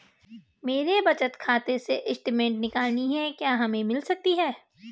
मेरे बचत खाते से स्टेटमेंट निकालनी है क्या हमें मिल सकती है?